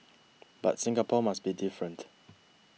but Singapore must be different